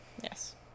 yes